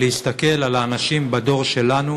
להסתכל על האנשים בדור שלנו